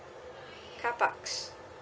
car parks